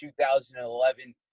2011